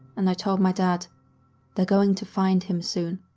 and i told my dad they're going to find him soon.